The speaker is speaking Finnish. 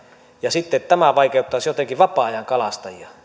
ja sitten tämä vaikeuttaisi jotenkin vapaa ajan kalastusta